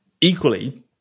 Equally